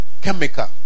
Chemical